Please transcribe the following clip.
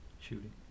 shooting